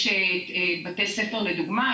יש בתי ספר לדוגמה,